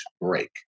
break